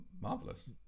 marvelous